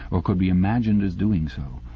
or could be imagined as doing so.